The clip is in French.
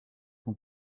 son